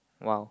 !wow!